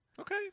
Okay